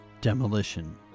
Demolition